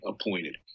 appointed